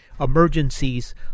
emergencies